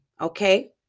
okay